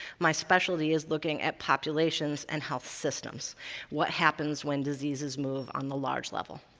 my specialty is looking at populations and health systems what happens when diseases move on the large level.